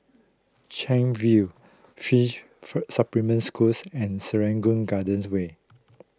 Chuan View fish for Supplementary Schools and Serangoon Gardens Way